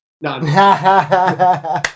No